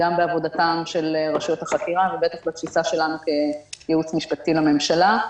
גם בעבודתן של רשויות החקירה ובטח בתפיסה שלנו כייעוץ משפטי לממשלה.